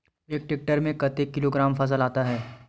एक टेक्टर में कतेक किलोग्राम फसल आता है?